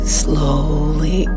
slowly